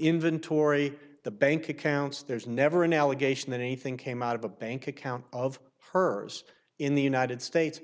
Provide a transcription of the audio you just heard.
inventory the bank accounts there's never an allegation that anything came out of a bank account of hers in the united states